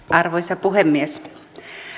arvoisa puhemies